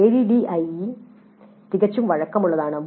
ADDIE തികച്ചും വഴക്കമുള്ളതാണ്